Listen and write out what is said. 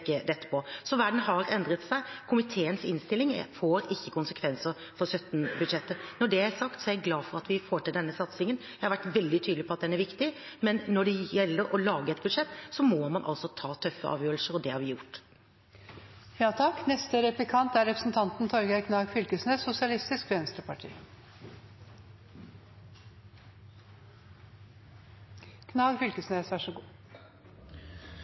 dekke dette på. Så verden har endret seg. Komiteens innstilling får ikke konsekvenser for 2017-budsjettet. Når det er sagt, er jeg glad for at vi får til denne satsingen, og jeg har vært veldig tydelig på at den er viktig, men når det gjelder å lage et budsjett, må man ta tøffe avgjørelser, og det har vi gjort. Det er